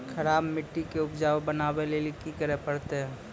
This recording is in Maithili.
खराब मिट्टी के उपजाऊ बनावे लेली की करे परतै?